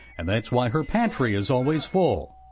and that's why her pantry is always full.